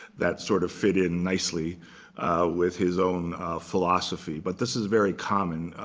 that sort of fit in nicely with his own philosophy. but this is very common,